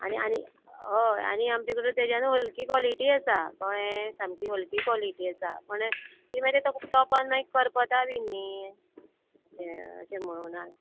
आनी आनी हय आनी आमचे कडेन तेज्यान हल्की कॉलिटी आसा कळ्ळें सामकी हलकी कॉलिटी आसा पण ती मागीर ते टॉपान मागीर करपता बीन न्ही अशें म्हणून